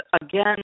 again